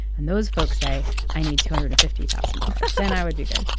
and those folks say i need two hundred and fifty thousand dollars. then i would be good.